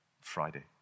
Friday